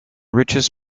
richest